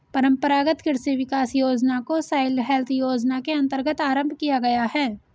परंपरागत कृषि विकास योजना को सॉइल हेल्थ योजना के अंतर्गत आरंभ किया गया है